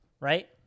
Right